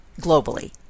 globally